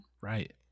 Right